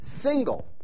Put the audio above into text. single